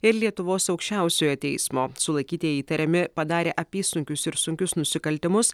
ir lietuvos aukščiausiojo teismo sulaikytieji įtariami padarę apysunkius ir sunkius nusikaltimus